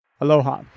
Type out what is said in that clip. Aloha